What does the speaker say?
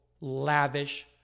lavish